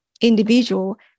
individual